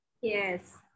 Yes